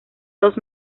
dos